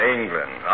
England